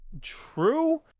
true